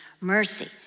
mercy